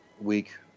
Week